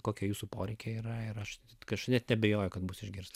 kokia jūsų poreikiai yra ir aš kažkaip neabejoju kad bus išgirsti